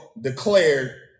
declared